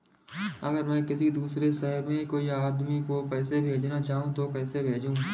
अगर मैं किसी दूसरे शहर में कोई आदमी को पैसे भेजना चाहूँ तो कैसे भेजूँ?